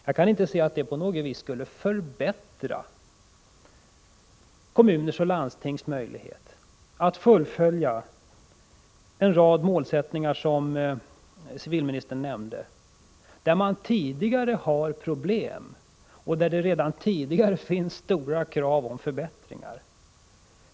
Jag kan inte se att det på något vis skulle förbättra kommuners och landstings möjligheter att nå en rad av de mål som civilministern nämnde. Dessa kommuner hade redan tidigare problem och stod inför stora krav på förbättringar.